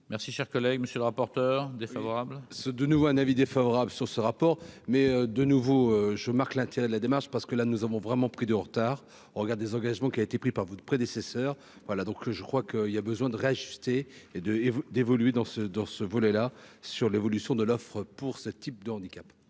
Merci, chers collègues, monsieur le rapporteur défavorable. Ceux de nouveau un avis défavorable sur ce rapport, mais de nouveau, je marque l'intérêt de la démarche, parce que là, nous avons vraiment pris du retard au regard des engagements qu'il a été pris par votre prédécesseur, voilà, donc je crois qu'il y a besoin de racheter et de et d'évoluer dans ce dans ce volet là sur l'évolution de l'offre pour ce type de handicap.